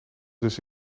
dus